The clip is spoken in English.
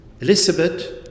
Elizabeth